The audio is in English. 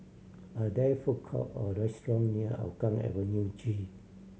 are there food court or restaurant near Hougang Avenue G